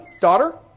daughter